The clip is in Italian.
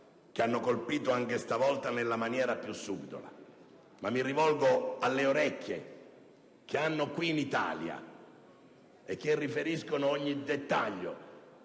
che hanno colpito anche stavolta nella maniera più subdola, ma anche alle orecchie che hanno qui in Italia e che riferiscono ogni dettaglio